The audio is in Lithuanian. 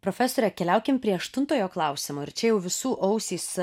profesore keliaukim prie aštuntojo klausimo ir čia jau visų ausys